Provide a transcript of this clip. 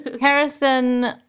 Harrison